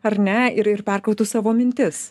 ar ne ir ir perkrautų savo mintis